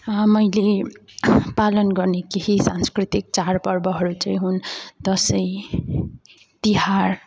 मैले पालन गर्ने केही सांस्कृतिक चाड पर्वहरू चाहिँ हुन् दसैँ तिहार